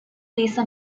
lisa